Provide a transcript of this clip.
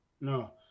no